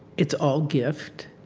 it's all gift.